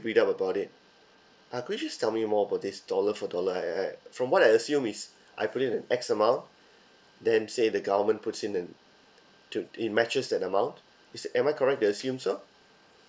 read up about it uh could you just tell me more about this dollar for dollar I I from what I assume is I put in an X amount then say the government puts in an to it matches that amount is am I correct to assume so